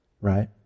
Right